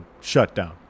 shutdown